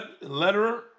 letter